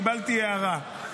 קיבלתי הערה,